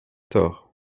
tort